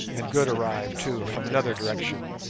and good arrived, too, from another direction,